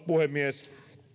puhemies